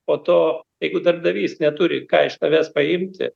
po to jeigu darbdavys neturi ką iš tavęs paimti